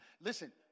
listen